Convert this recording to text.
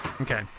okay